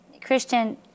Christian